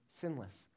sinless